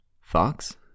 Fox